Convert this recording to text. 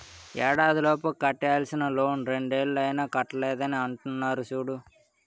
ఏడాదిలోపు కట్టేయాల్సిన లోన్ రెండేళ్ళు అయినా కట్టలేదని అంటున్నారు చూడు